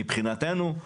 מבחינתנו,